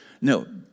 No